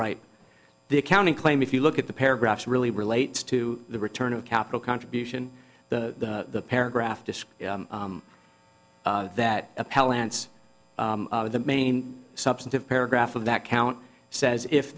right the accounting claim if you look at the paragraphs really relates to the return of capital contribution the paragraph disc that appellant's the main substantive paragraph of that count says if